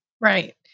right